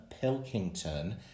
Pilkington